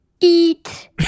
Eat